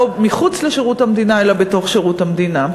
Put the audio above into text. לא מחוץ לשירות המדינה אלא בתוך שירות המדינה.